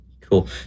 Cool